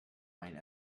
lined